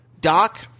Doc